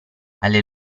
alle